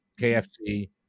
KFC